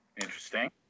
Interesting